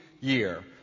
year